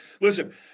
listen